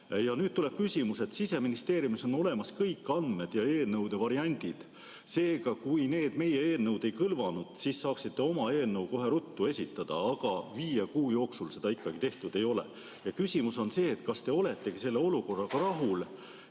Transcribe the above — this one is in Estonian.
päeva. Nüüd tuleb küsimus. Siseministeeriumis on olemas kõik andmed ja eelnõude variandid. Seega, kui meie eelnõud ei kõlvanud, siis te saaksite oma eelnõu kohe ruttu esitada. Viie kuu jooksul seda ikkagi tehtud ei ole. Ja küsimus on see: kas te oletegi selle olukorraga rahul